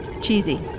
cheesy